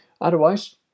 Otherwise